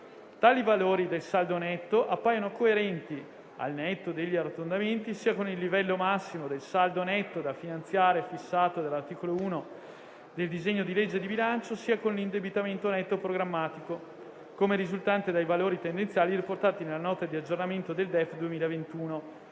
Tali valori del saldo netto appaiono coerenti, al netto degli arrotondamenti, sia con il livello massimo del saldo netto da finanziare fissato dall'articolo 1 del disegno di legge di bilancio, sia con l'indebitamento netto programmatico, come risultante dai valori tendenziali riportati nella Nota di aggiornamento del DEF 2021,